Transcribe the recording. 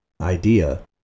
idea